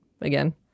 again